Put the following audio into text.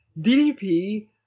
DDP